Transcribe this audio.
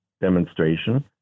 demonstration